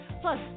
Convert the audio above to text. plus